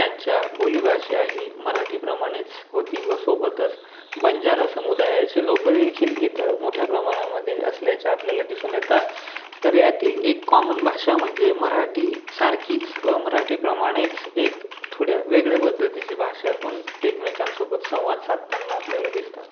त्यांच्या बोलीभाषा ही मराठीप्रमाणेच होती व सोबतच बंजारा समुदायाचे लोकंदेखील इथं मोठ्या प्रमाणामध्ये असल्याचे आपल्याला दिसून येतात तर यातील एक कॉमन भाषा म्हणजे मराठीसारखीच मराठीप्रमाणेच एक थोड्या वेगळ्या पद्धतीची भाषातून एकमेकांसोबत संवाद साधताना आपल्याला दिसतात